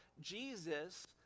Jesus